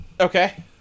Okay